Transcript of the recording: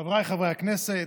חבריי חברי הכנסת,